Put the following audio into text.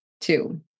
Two